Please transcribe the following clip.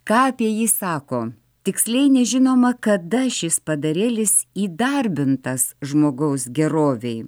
ką apie jį sako tiksliai nežinoma kada šis padarėlis įdarbintas žmogaus gerovei